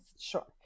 sure